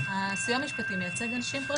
לא, הסיוע המשפטי מייצג אנשים פרטיים.